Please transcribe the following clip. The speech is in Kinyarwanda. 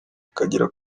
akagera